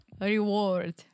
Reward